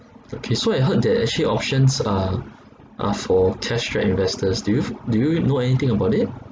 okay so I heard that actually options are are for cash strapped investors do you f~ do you know anything about it